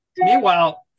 Meanwhile